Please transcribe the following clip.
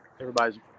everybody's